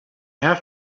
have